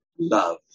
Love